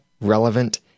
relevant